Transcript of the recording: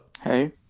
Hey